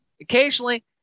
occasionally